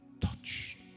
touch